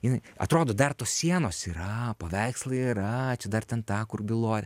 jinai atrodo dar tos sienos yra paveikslai yra čia dar ten tą kur byloja